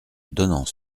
donnant